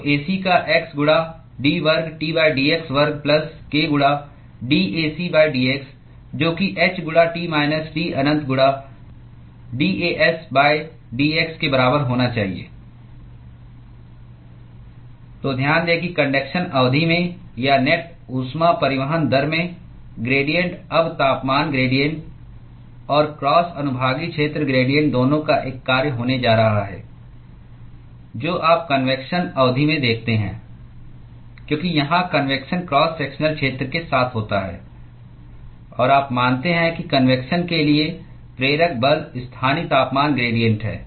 तो Ac का x गुणा d वर्ग T dx वर्ग प्लस k गुणा dAc dx जो कि h गुणा T माइनस T अनंत गुणा dAs d x के बराबर होना चाहिए तो ध्यान दें कि कन्डक्शन अवधि में या नेट ऊष्मा परिवहन दर में ग्रेडिएंट अब तापमान ग्रेडिएंट और क्रॉस अनुभागीय क्षेत्र ग्रेडिएंट दोनों का एक कार्य होने जा रहा है जो आप कन्वेक्शन अवधि में देखते हैं क्योंकि यहां कन्वेक्शन क्रॉस सेक्शनल क्षेत्र के साथ होता है और आप मानते हैं कि कन्वेक्शन के लिए प्रेरक बल स्थानीय तापमान ग्रेडिएंट है